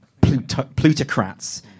plutocrats